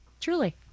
truly